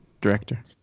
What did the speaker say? director